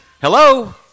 Hello